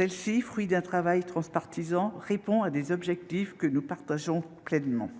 l'adoption. Fruit d'un travail transpartisan, ce texte répond à des objectifs que nous partageons pleinement :